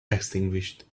extinguished